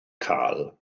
cael